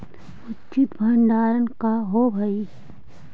उचित भंडारण का होव हइ?